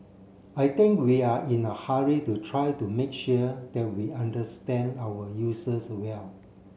I think we are in a hurry to try to make sure that we understand our users well